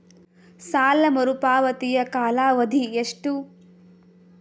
ಸಾಲ ಮರುಪಾವತಿಯ ಕಾಲಾವಧಿ ಎಷ್ಟು?